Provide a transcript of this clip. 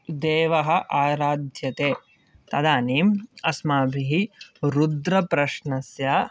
देवः आराध्यते तदानीम् अस्माभिः रुद्रप्रश्नस्य